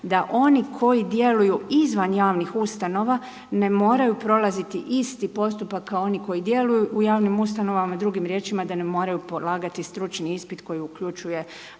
da oni koji djeluju izvan javnih ustanova ne moraju prolaziti isti postupak kao oni koji djeluju u javnim ustanovama. Drugim riječima da ne moraju polagati stručni ispit koji uključuje